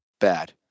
bad